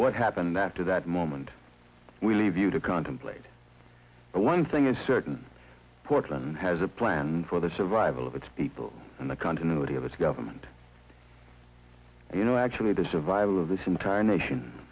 what happened after that moment we leave you to contemplate one thing is certain portland has a plan for the survival of its people and the continuity of its government you know actually the survival of this entire nation